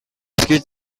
escrit